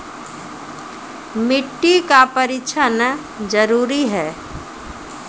मिट्टी का परिक्षण जरुरी है?